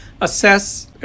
assess